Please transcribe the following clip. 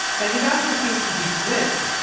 and they've actually seen some decent wins.